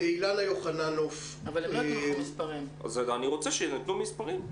אני רוצה שיינתנו מספרים.